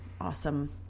awesome